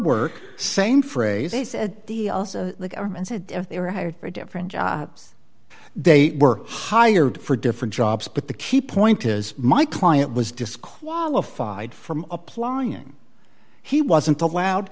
work same phrase he said the also the government said they were hired for different jobs they were hired for different jobs but the key point is my client was disqualified from applying he wasn't allowed